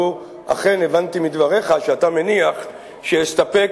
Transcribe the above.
לו אכן הבנתי מדבריך שאתה מניח שאסתפק